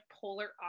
polar